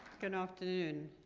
good afternoon.